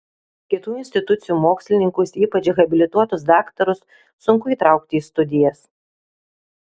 kitų institucijų mokslininkus ypač habilituotus daktarus sunku įtraukti į studijas